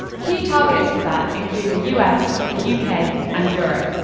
key targets for that include the u s, the u k. and europe.